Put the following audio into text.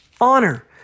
honor